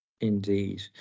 Indeed